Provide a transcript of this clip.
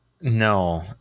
No